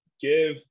give